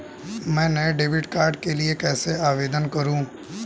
मैं नए debit card के लिए कैसे आवेदन करूं?